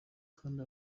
kandi